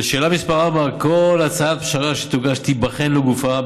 לשאלה 4: כל הצעת פשרה שתוגש תיבחן לגופה,